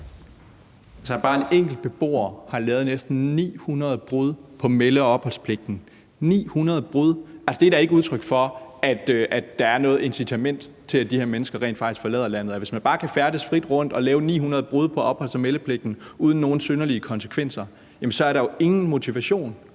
Bare en enkelt beboer har lavet næsten 900 brud på melde- og opholdspligten. 900 brud er da ikke udtryk for, at der er noget incitament til, at de her mennesker rent faktisk forlader landet. Hvis man bare kan færdes frit rundt og lave 900 brud på opholds- og meldepligten uden nogen synderlige konsekvenser, er der jo ingen motivation